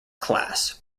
class